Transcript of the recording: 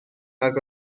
nag